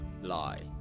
lie